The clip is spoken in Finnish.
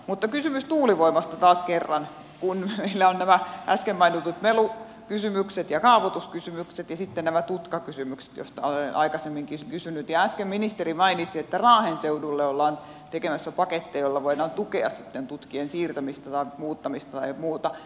mutta kysymys tuulivoimasta taas kerran kun meillä ovat nämä äsken mainitut melukysymykset ja kaavoituskysymykset ja sitten nämä tutkakysymykset joista olen aikaisemminkin kysynyt ja äsken ministeri mainitsi että raahen seudulle ollaan tekemässä paketteja joilla voidaan tukea sitten tutkien siirtämistä tai muuttamista tai muuta